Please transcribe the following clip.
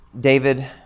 David